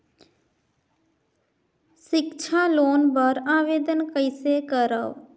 सिक्छा लोन बर आवेदन कइसे करव?